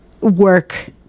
work